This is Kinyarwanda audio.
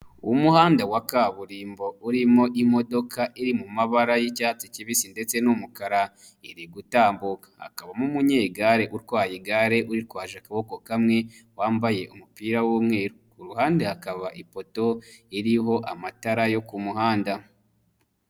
Umuhanda wa kaburimbo urimo imodoka iri mu mabara y'icyatsi kibisi ndetse n'umukara iri gutambuka, hakabamo umunyegare utwaye igare uritwaje akaboko kamwe wambaye umupira w'umweru, ku ruhande hakaba ipoto iriho amatara yo ku muhanda.